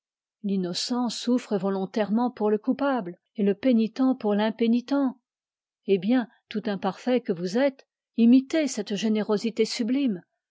l'innocent souffre volontairement pour le coupable et le pénitent pour l'impénitent eh bien tout imparfait que vous êtes imitez cette générosité sublime